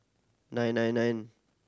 nine nine nine